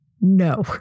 No